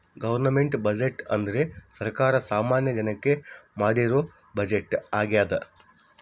government budget ಅಂದ್ರೆ ಸರ್ಕಾರ ಸಾಮಾನ್ಯ ಜನಕ್ಕೆ ಮಾಡಿರೋ ಬಜೆಟ್ ಆಗ್ಯದ